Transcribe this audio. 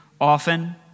often